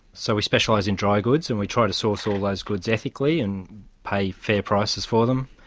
so we specialise in dry goods and we try to source all those goods ethically and pay fair prices for them.